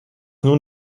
nun